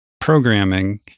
programming